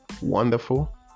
wonderful